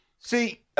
see